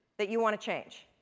that you want to change,